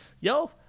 yo